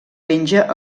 penja